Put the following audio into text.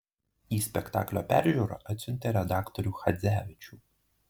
į spektaklio peržiūrą atsiuntė redaktorių chadzevičių